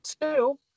two